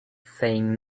saying